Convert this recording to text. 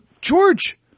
George